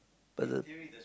but the